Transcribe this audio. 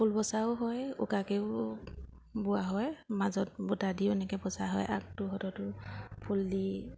ফুল বচাও হয় উকাকৈও বোৱা হয় মাজত বুটা দিও এনেকৈ বচা হয় আগটোহঁতো ফুল দি